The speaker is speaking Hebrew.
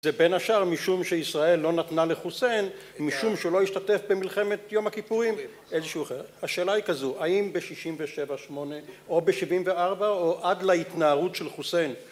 זה בין השאר, משום שישראל לא נתנה לחוסיין, משום שלא השתתף במלחמת יום הכיפורים, איזשהו אחר, השאלה היא כזו, האם ב-67-8 או ב-74 או עד להתנערות של חוסיין